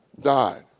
died